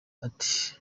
ati